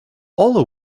all